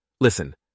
Listen